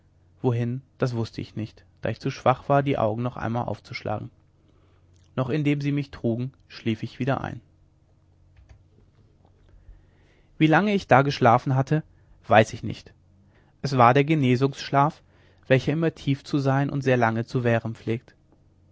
wohin das wußte ich nicht da ich zu schwach war die augen noch einmal aufzuschlagen noch indem sie mich trugen schlief ich wieder ein wie lange ich da geschlafen habe weiß ich nicht es war der genesungsschlaf welcher immer tief zu sein und sehr lange zu währen pflegt